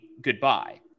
goodbye